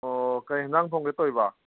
ꯑꯣ ꯀꯔꯤ ꯑꯦꯟꯁꯥꯡ ꯊꯣꯡꯒꯦ ꯇꯧꯔꯤꯕ